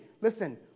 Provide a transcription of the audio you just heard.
listen